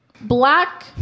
Black